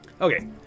Okay